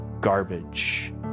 garbage